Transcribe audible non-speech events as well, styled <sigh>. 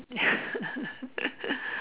mm <laughs>